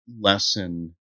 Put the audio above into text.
lesson